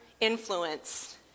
influence